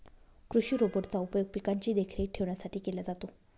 कृषि रोबोट चा उपयोग पिकांची देखरेख ठेवण्यासाठी केला जातो